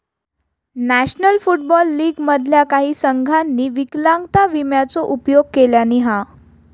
national football league मधल्या काही संघांनी विकलांगता विम्याचो उपयोग केल्यानी हा